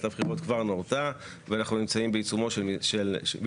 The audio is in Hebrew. הבחירות כבר נורתה ואנחנו נמצאים בעיצומה של המערכת